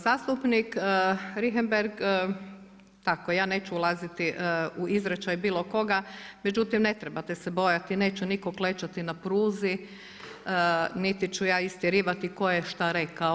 Zastupnik Richembergh, ja neću ulazit i u izričaj bilo koga međutim ne trebate se bojati, neće nitko klečati na pruzi niti ću ja istjerivati tko je šta rekao.